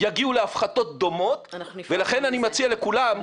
יגיעו להפחתות דומות ולכן אני מציע לכולם,